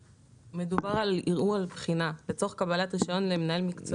מדובר על ערעור על בחינה לצורך קבלת רישיון למנהל מקצועי.